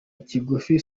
kigufi